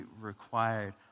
required